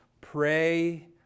pray